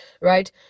right